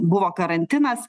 buvo karantinas